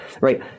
Right